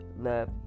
love